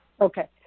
Okay